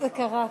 זה קרה כבר.